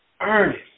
earnest